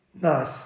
Nice